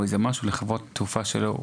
או איזה משהו לחברת התעופה שלו?